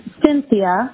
cynthia